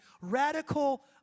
radical